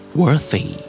worthy